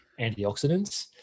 antioxidants